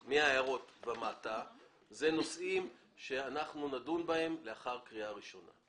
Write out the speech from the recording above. שאלה נושאים שאנחנו נדון בהם לאחר קריאה ראשונה.